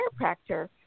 chiropractor